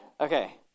okay